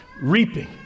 reaping